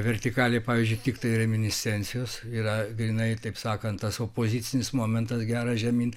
vertikalė pavyzdžiui tiktai reminiscencijos yra grynai taip sakant tas opozicinis momentas geras žemyn